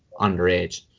underage